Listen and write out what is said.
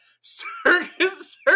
circus